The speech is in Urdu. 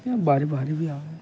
یہ باری باری بھی آ رہے ہیں